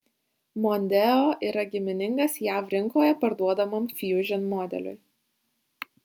mondeo yra giminingas jav rinkoje parduodamam fusion modeliui